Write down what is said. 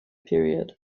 period